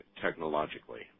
technologically